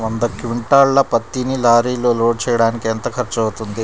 వంద క్వింటాళ్ల పత్తిని లారీలో లోడ్ చేయడానికి ఎంత ఖర్చవుతుంది?